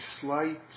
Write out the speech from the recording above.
slight